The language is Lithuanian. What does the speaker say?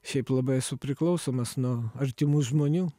šiaip labai esu priklausomas nuo artimų žmonių